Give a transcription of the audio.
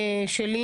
אני